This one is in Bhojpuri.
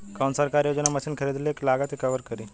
कौन सरकारी योजना मशीन खरीदले के लागत के कवर करीं?